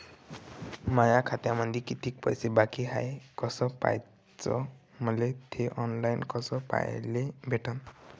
माया खात्यामंधी किती पैसा बाकी हाय कस पाह्याच, मले थे ऑनलाईन कस पाह्याले भेटन?